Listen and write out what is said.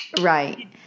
Right